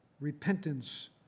repentance